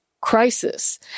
Crisis